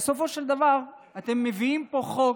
ובסופו של דבר אתם מביאים פה חוק